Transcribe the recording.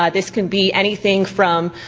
ah this can be anything from